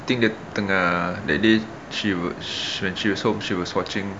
I think dia tengah lately she was when she was home she was watching